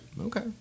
Okay